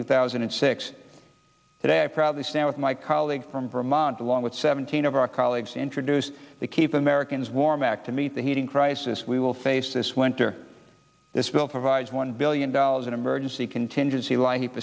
two thousand and six today i proudly stand with my colleague from vermont along with seventeen of our colleagues introduced to keep americans warm back to meet the heating crisis we will face this winter this bill provides one billion dollars in emergency contingency li